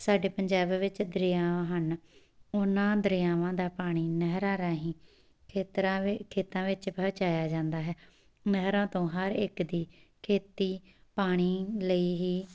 ਸਾਡੇ ਪੰਜਾਬ ਵਿੱਚ ਦਰਿਆ ਹਨ ਉਨ੍ਹਾਂ ਦਰਿਆਵਾਂ ਦਾ ਪਾਣੀ ਨਹਿਰਾਂ ਰਾਹੀਂ ਖੇਤਰਾਂ ਵਿ ਖੇਤਾਂ ਵਿੱਚ ਪਹੁੰਚਾਇਆ ਜਾਂਦਾ ਹੈ ਨਹਿਰਾਂ ਤੋਂ ਹਰ ਇੱਕ ਦੀ ਖੇਤੀ ਪਾਣੀ ਲਈ ਹੀ